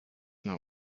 not